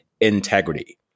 integrity